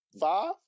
five